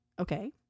okay